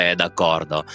d'accordo